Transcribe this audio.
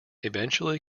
eventually